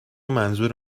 منظور